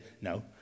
no